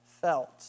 felt